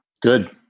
Good